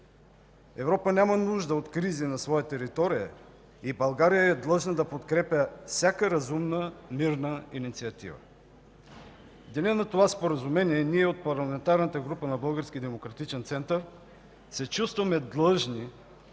Европа няма нужда от кризи на своя територия и България е длъжна да подкрепя всяка разумна мирна инициатива. В деня на това споразумение ние от Парламентарната група на Българския